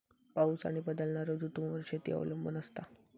पाऊस आणि बदलणारो ऋतूंवर शेती अवलंबून असता